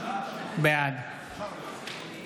בעד